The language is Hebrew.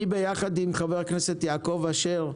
אני ביחד עם חבר הכנסת יעקב אשר,